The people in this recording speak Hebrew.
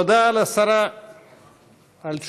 תודה לשרה על תשובתה.